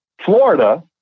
Florida